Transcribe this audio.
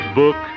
book